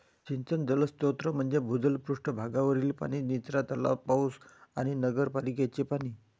सिंचन जलस्रोत म्हणजे भूजल, पृष्ठ भागावरील पाणी, निचरा तलाव, पाऊस आणि नगरपालिकेचे पाणी